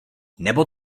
nebo